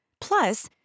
Plus